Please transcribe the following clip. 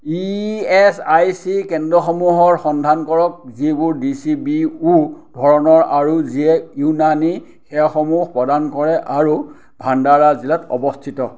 E S I C কেন্দ্ৰসমূহৰ সন্ধান কৰক যিবোৰ ডি চি বি ও ধৰণৰ আৰু যিয়ে ইউনানী সেৱাসমূহ প্ৰদান কৰে আৰু ভাণ্ডাৰা জিলাত অৱস্থিত